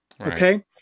Okay